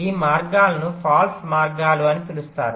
ఈ మార్గాలను ఫాల్స్ మార్గాలు అని పిలుస్తారు